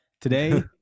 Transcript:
Today